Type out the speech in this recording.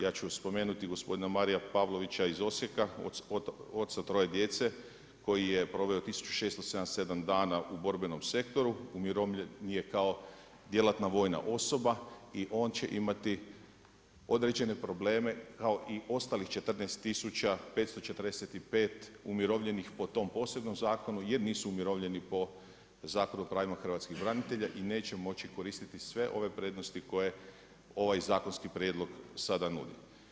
Ja ću spomenuti gospodina Marija Pavlovića iz Osijeka, oca troje djece koji je proveo 1677 dana u borbenom sektoru, umirovljen je kao djelatna vojna osoba i on će imati određene probleme kao i ostalih 14.545 umirovljenih po tom posebnom zakonu jer nisu umirovljeni po Zakonu o pravima hrvatskih branitelja i neće moći koristiti sve ove prednosti koje ovaj zakonski prijedlog sada nudi.